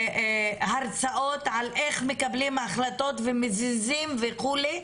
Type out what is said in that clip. לתת הרצאות על איך מקבלים החלטות ומזיזים וכו',